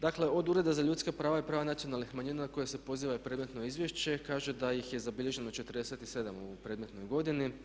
Dakle, od Ureda za ljudska prava i prava nacionalnih manjina koja se pozivaju na predmetno izvješće kaže da ih je zabilježeno 47 u predmetnoj godini.